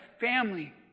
family